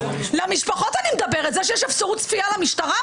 למשפחות אני מדברת, זה שיש אפשרות צפייה למשטרה.